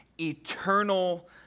eternal